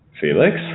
Felix